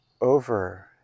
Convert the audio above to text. over